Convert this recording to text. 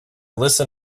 listen